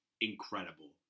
incredible